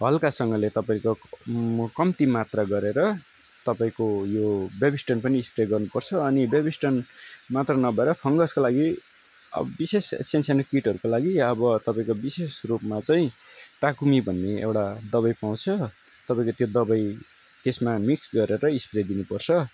हल्कासँगले तपाईँको म कम्ती मात्रा गरेर तपाईँको यो बेबिस्टन पनि स्प्रे गर्नु पर्छ अनि बेबिस्टन मात्र नभएर फङ्गसको लागि अब विशेष सान्सानो किटहरूको लागि अब तपाईँको विशेष रूपमा चाहिँ टाकुमी भन्ने एउटा दबाई पाउँछ तपाईँको त्यो दबाई त्यसमा मिक्स गरेर स्प्रे दिनु पर्छ